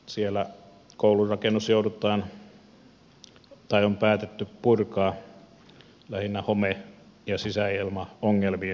siellä koulurakennus on päätetty purkaa lähinnä home ja sisäilmaongelmien vuoksi